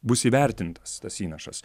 bus įvertintas tas įnašas